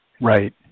Right